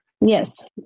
Yes